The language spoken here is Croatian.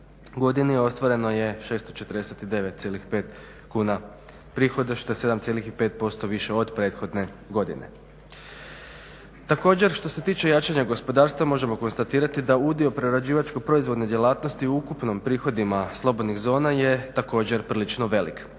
godini ostvareno je 649,5 kuna prihoda što je 7,5% više od prethodne godine. Također što se tiče jačanja gospodarstva možemo konstatirati da udio prerađivačko proizvodne djelatnosti u ukupnom prihodima slobodnih zona je također prilično velik.